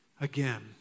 again